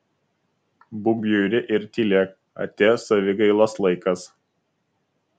būk bjauri ir tylėk atėjo savigailos laikas